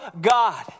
God